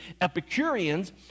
Epicureans